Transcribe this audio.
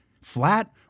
flat